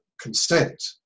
consent